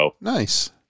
Nice